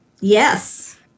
Yes